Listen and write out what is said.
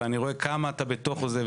אני רואה כמה אתה בתוך זה.